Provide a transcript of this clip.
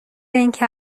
اینکه